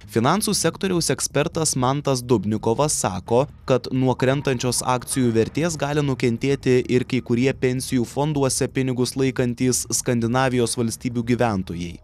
finansų sektoriaus ekspertas mantas dubnikovas sako kad nuo krentančios akcijų vertės gali nukentėti ir kai kurie pensijų fonduose pinigus laikantys skandinavijos valstybių gyventojai